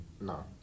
No